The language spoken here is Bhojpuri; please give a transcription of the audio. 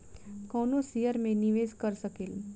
कवनो शेयर मे निवेश कर सकेल